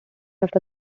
after